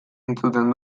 entzuten